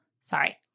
Sorry